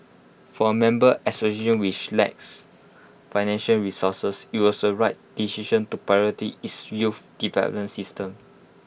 for A member association which lacks financial resources IT was A right decision to its youth development system